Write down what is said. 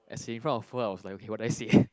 as in front of her I was like okay what do I say